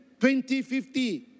2050